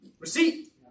Receipt